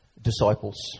disciples